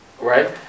right